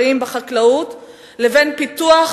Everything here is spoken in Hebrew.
מספר העובדים הזרים בחקלאות לבין פיתוח